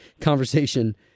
conversation